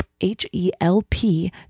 H-E-L-P